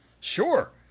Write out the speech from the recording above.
sure